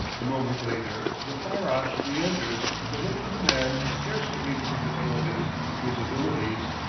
a moment later the farrash re-enters with the look of a man scarcely able to control his risibilities,